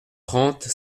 trente